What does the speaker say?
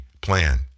plan